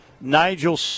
Nigel